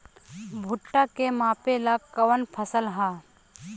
भूट्टा के मापे ला कवन फसल ह?